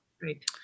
Great